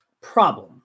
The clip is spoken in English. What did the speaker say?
problem